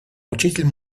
учитель